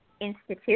Institute